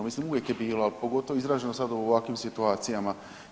Mislim uvijek je bilo, a pogotovo izraženo sad u ovakvim situacijama.